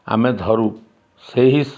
ଆମେ ଧରୁ ସେହି